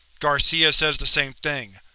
garcia says the same thing.